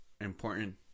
important